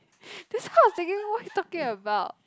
this kind of thinking what you talking about